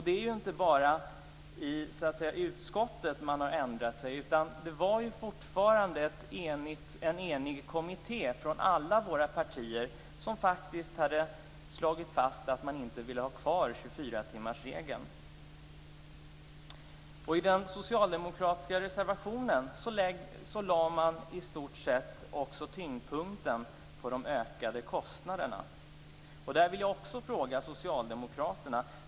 Det är ju inte bara i utskottet som Centerpartiet har ändrat sig. Det var ju en enig kommitté med representanter från alla våra partier som faktiskt hade slagit fast att man inte ville ha kvar 24-timmarsregeln. I den socialdemokratiska reservationen lade man i stort sett också tyngdpunkten på de ökade kostnaderna. Jag vill ställa en fråga till Socialdemokraterna.